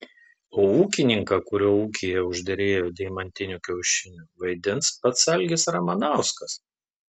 o ūkininką kurio ūkyje užderėjo deimantinių kiaušinių vaidins pats algis ramanauskas